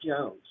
Jones